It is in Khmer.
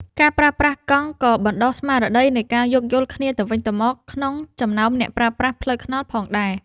ការប្រើប្រាស់កង់ក៏បណ្ដុះស្មារតីនៃការយោគយល់គ្នាទៅវិញទៅមកក្នុងចំណោមអ្នកប្រើប្រាស់ផ្លូវថ្នល់ផងដែរ។